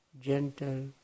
gentle